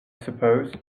suppose